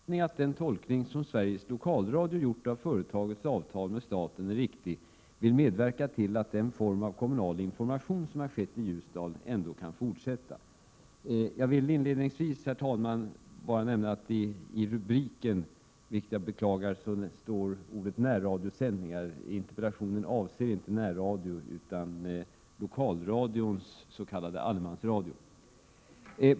Herr talman! Hans Lindblad har frågat mig om jag — under förutsättning att den tolkning som Sveriges Lokalradio gjort av företagets avtal med staten är riktig — vill medverka till att den form av kommunal information som har skett i Ljusdal ändå kan fortsätta. Jag vill inledningsvis, herr talman, bara nämna att i rubriken står ordet närradiosändningar, vilket jag beklagar. Interpellationen avser inte närradio, utan lokalradions s.k. allemansradio.